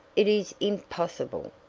it is impossible!